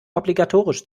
obligatorisch